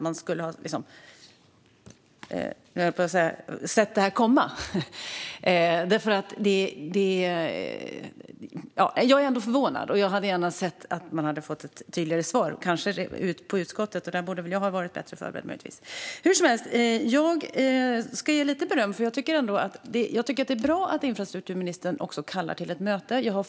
Jag är förvånad, och jag hade gärna sett att man hade fått ett tydligare svar, kanske på utskottet. Där borde jag möjligtvis ha varit bättre förberedd. Jag ska hur som helst ge lite beröm. Jag tycker ändå att det är bra att infrastrukturministern kallar till ett möte.